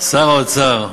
שר האוצר,